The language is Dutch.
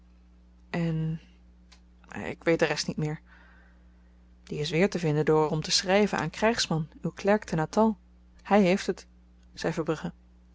en ik weet de rest niet meer die is weertevinden door er om te schryven aan krygsman uw klerk te natal hy heeft het zei verbrugge